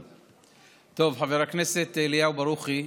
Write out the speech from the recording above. חבר הכנסת אליהו ברוכי,